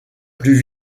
plus